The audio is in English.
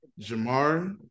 Jamar